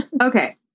Okay